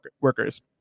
workers